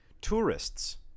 Tourists